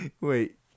wait